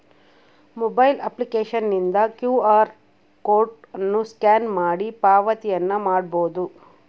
mobile ಅಪ್ಲಿಕೇಶನ್ನಿಂದ Q R code ಅನ್ನು scan ಮಾಡಿ ಪಾವತಿಯನ್ನ ಮಾಡಬೊದು